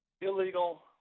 illegal